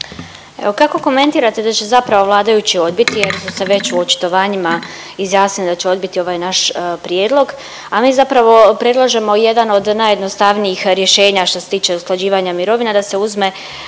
kako komentirate da će zapravo vladajući odbiti, jer su se već u očitovanjima izjasnili da će odbiti ovaj naš prijedlog, a mi zapravo predlažemo jedan od najjednostavnijih rješenja što se tiče usklađivanja mirovina da se uzme